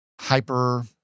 hyper